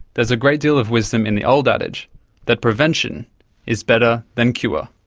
there is a great deal of wisdom in the old adage that prevention is better than cure.